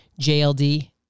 JLD